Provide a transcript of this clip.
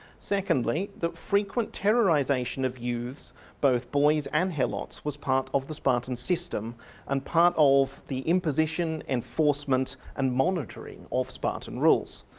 secondly, that frequently terrorisation of youths both boys and helots was part of the spartan system and part of the imposition, enforcement and monitoring of spartan rules.